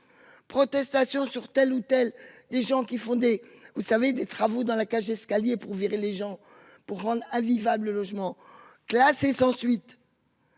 Protestations sur telle ou telle des gens qui font des vous savez des travaux dans la cage escalier pour virer les gens pour rendre invivable logements classée sans suite.